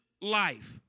life